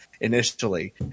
initially